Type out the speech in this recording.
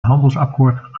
handelsakkoord